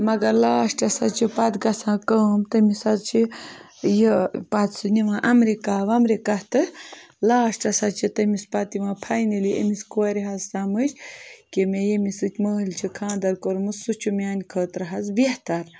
مگر لاسٹَس حظ چھِ پَتہٕ گژھان کٲم تٔمِس حظ چھِ یہِ پَتہٕ سُہ نِوان اَمریٖکہ وَمر یٖکہ تہٕ لاسٹَس حظ چھِ تٔمِس پَتہٕ یِوان فاینٔلی أمِس کورِ حظ سَمٕجھ کہِ مےٚ ییٚمِس سۭتۍ مٲلۍ چھِ خاندَر کوٚرمُت سُہ چھُ میٛانہِ خٲطرٕ حظ بہتَر